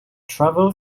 travel